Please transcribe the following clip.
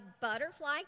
butterfly